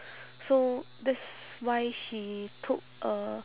so that's why she took a